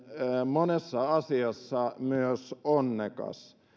monessa asiassa myös onnekas